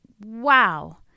wow